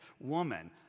Woman